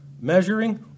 measuring